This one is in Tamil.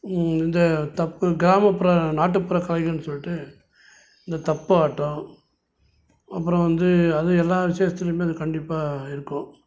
இந்த தப்பு கிராமப்புற நாட்டுப்புற கலைகள்ன்னு சொல்லிவிட்டு இந்த தப்பு ஆட்டம் அப்புறம் வந்து அது எல்லா விசேஷத்துலையுமே அது கண்டிப்பாக இருக்கும்